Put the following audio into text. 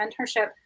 mentorship